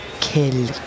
kill